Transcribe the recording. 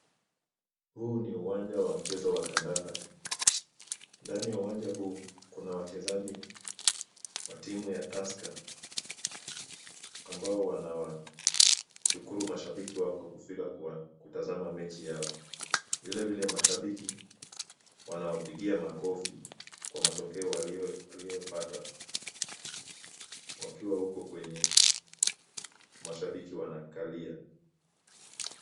Huu ni uwanja wa mchezo wa kandanda. Ndani ya uwanja huu, kuna wachezaji wa timu ya Tusker ambao wanawashukuru mashabiki wao kwa kufika kutazama mechi yao. Vilivile mashabiki wanawapigia makofi kwa matokeo waliyopata wakiwa huko kwenye mashabiki wanakalia.